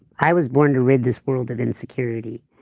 i was born to rid this world of insecurity,